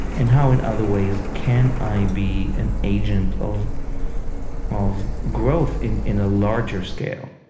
and how, in other ways, can i be an agent of of growth in in a larger scale,